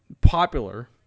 popular